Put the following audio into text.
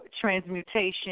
transmutation